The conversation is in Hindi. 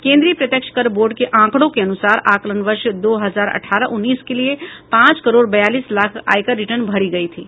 केंद्रीय प्रत्यक्ष कर बोर्ड के आंकड़ों के अनुसार आकलन वर्ष दो हजार अठारह उन्नीस के लिए पांच करोड़ बयालीस लाख आयकर रिटर्न भरी गई थीं